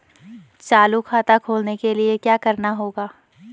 चालू खाता खोलने के लिए क्या करना होगा?